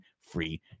free